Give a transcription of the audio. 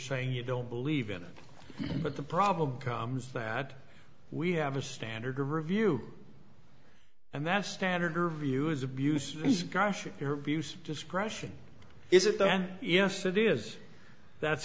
saying you don't believe in it but the problem is that we have a standard review and that's standard her view is abuse is gosh your views discretion is it then yes it is that's